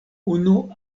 unu